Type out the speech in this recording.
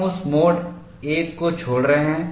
हम उस mode I को छोड़ रहे हैं